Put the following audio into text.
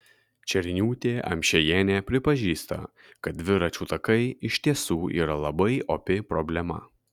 černiūtė amšiejienė pripažįsta kad dviračių takai iš tiesų yra labai opi problema